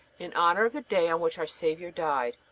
in honor of the day on which our saviour died.